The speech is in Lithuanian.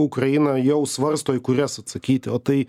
ukraina jau svarsto į kurias atsakyti o tai